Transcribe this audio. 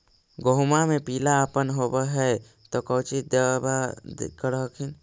गोहुमा मे पिला अपन होबै ह तो कौची दबा कर हखिन?